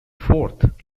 fourth